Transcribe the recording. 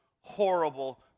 horrible